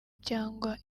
cyangwa